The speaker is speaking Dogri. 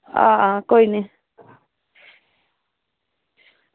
आं कोई नी